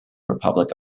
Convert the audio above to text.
republic